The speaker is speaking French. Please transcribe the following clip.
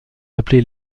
appelés